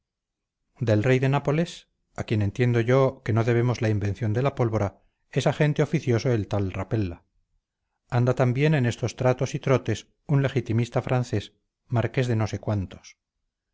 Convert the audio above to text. del rey de nápoles a quien entiendo yo que no debemos la invención de la pólvora es agente oficioso el tal rapella anda también en estos tratos y trotes un legitimista francés marqués de no sé cuántos